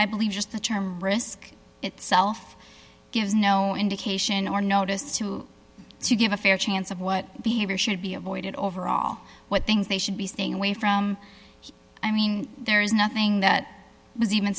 i believe just the term risk itself gives no indication or notice to give a fair chance of what behavior should be avoided overall what things they should be staying away from i mean there is nothing that was even